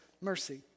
mercy